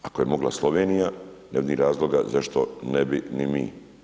Ako je mogla Slovenija, ne vidim razloga zašto ne bi i mi.